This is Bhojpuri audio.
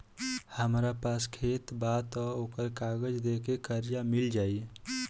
हमरा पास खेत बा त ओकर कागज दे के कर्जा मिल जाई?